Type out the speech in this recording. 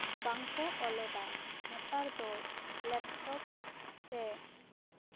ᱵᱟᱝᱠᱚ ᱚᱞᱮᱫᱟ ᱱᱮᱛᱟᱨ ᱫᱚ ᱞᱮᱯᱴᱚᱯ ᱥᱮ